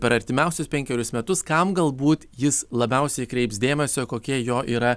per artimiausius penkerius metus kam galbūt jis labiausiai kreips dėmesį o kokie jo yra